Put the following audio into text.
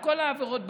את כל העברות בתורה.